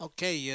Okay